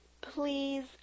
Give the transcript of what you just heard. Please